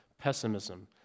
pessimism